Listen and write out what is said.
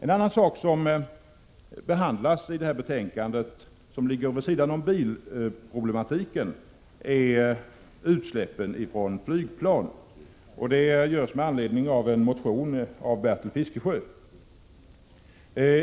En annan sak som behandlas i betänkandet och som ligger vid sidan om bilproblematiken är utsläppen från flygplan. Det görs med anledning av en motion av Bertil Fiskesjö.